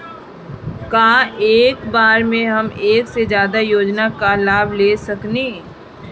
का एक बार में हम एक से ज्यादा योजना का लाभ ले सकेनी?